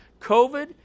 COVID